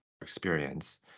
experience